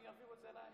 אם יעבירו את זה אליי,